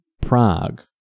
Prague